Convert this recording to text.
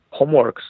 homeworks